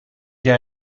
jij